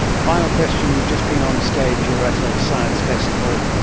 final question. you've just been on stage, you're at a science festival,